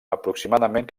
aproximadament